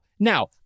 Now